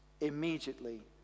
Immediately